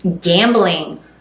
gambling